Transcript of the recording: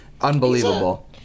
unbelievable